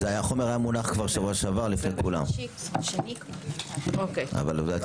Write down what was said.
החומר היה מונח שבוע שעבר לפני כולם אבל אתה